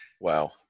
Wow